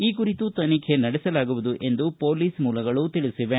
ಈ ಕುರಿತು ತನಿಖೆ ನಡೆಸಲಾಗುವುದು ಎಂದು ಪೊಲೀಸ್ ಮೂಲಗಳು ತಿಳಿಸಿವೆ